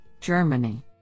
Germany